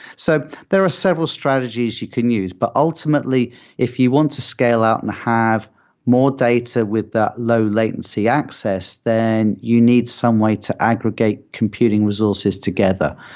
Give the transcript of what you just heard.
so there are several strategies you can use, but ultimately if you want to scale out and have more data with that low latency access, then you need some way to aggregate computing resources together.